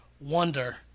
wonder